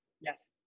yes